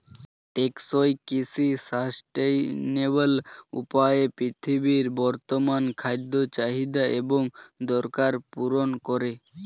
টেকসই কৃষি সাস্টেইনেবল উপায়ে পৃথিবীর বর্তমান খাদ্য চাহিদা এবং দরকার পূরণ করে